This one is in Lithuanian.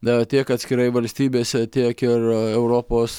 a tiek atskirai valstybėse tiek ir europos